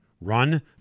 run